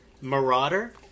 Marauder